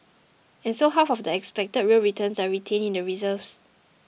and so half of the expected real returns are retained in the reserves